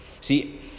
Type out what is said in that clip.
See